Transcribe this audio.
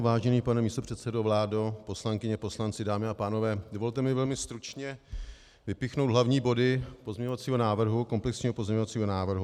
Vážený pane místopředsedo, vládo, poslankyně, poslanci, dámy a pánové, dovolte mi velmi stručně vypíchnout hlavní body komplexního pozměňovacího návrhu.